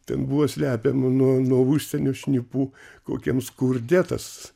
ten buvo slepiama nuo nuo užsienio šnipų kokiam skurde tas